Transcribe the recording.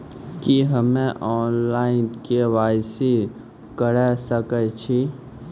की हम्मे online, KYC करा सकैत छी?